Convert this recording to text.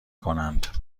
کنند